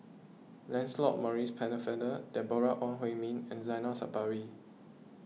Lancelot Maurice Pennefather Deborah Ong Hui Min and Zainal Sapari